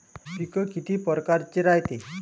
पिकं किती परकारचे रायते?